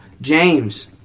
James